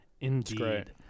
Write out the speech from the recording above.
Indeed